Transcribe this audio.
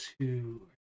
two